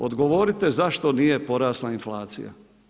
Odgovorite zašto nije porasla inflacija?